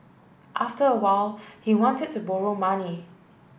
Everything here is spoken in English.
after a while he wanted to borrow money